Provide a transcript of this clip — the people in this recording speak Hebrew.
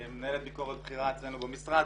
מנהלת ביקורת בכירה אצלנו במשרד,